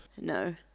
No